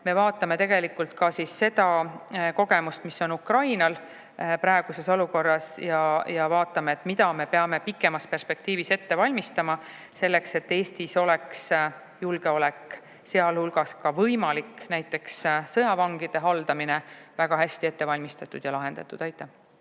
me vaatame ka seda kogemust, mis on Ukrainal praeguses olukorras, ja vaatame, mida me peame pikemas perspektiivis ette valmistama selleks, et Eestis oleks julgeolek, sealhulgas ka võimalik näiteks sõjavangide haldamine, väga hästi ette valmistatud ja lahendatud.